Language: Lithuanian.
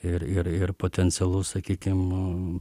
ir ir ir potencialus sakykim